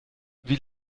wie